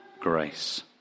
grace